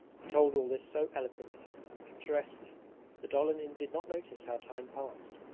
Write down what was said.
he told all this so eloquently and picturesquely that olenin did not notice how time passed.